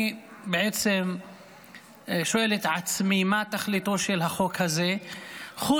אני בעצם שואל את עצמי מה תכליתו של החוק הזה חוץ